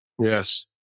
Yes